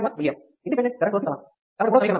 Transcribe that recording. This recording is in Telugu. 1 mA ఇండిపెండెంట్ కరెంట్ సోర్స్ కి సమానం